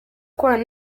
kubonana